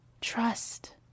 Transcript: Trust